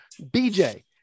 BJ